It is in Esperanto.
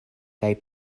kaj